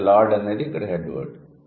కాబట్టి లార్డ్ అనేది ఇక్కడ హెడ్ వర్డ్